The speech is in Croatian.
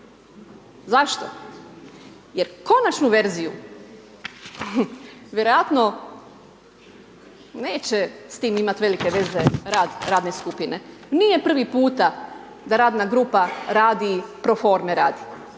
Zašto? Jer konačnu verziju vjerojatno neće s tim imati velike veze rad radne skupine, nije prvi puta da radna grupa radi pro forme radi,